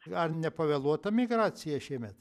dar nepavėluota migracija šiemet